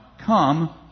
come